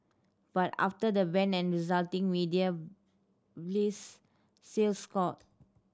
but after the ban and resulting media blitz sales soared